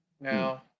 now